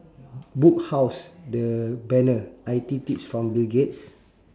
book house the banner I_T tips from bill gates